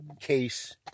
case